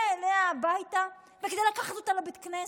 אליה הביתה וכדי לקחת אותה לבית הכנסת,